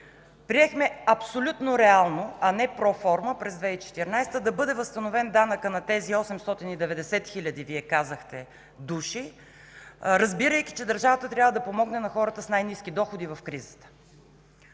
Приехме абсолютно реално, а не проформа, през 2014 г. да бъде възстановен данъкът на тези 890 хиляди – Вие казахте, души, разбирайки, че държавата трябва да помогне на хората с най-ниски доходи в кризата.